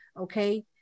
Okay